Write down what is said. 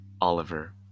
Oliver